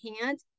hand